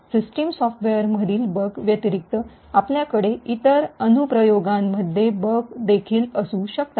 system सॉफ्टवेयरमधील bug व्यतिरिक्त आपल्याकडे इतर अनुप्रयोगांमध्ये बग देखील असू शकतात